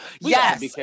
yes